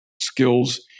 skills